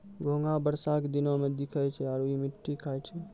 घोंघा बरसा के दिनोॅ में दिखै छै आरो इ मिट्टी खाय छै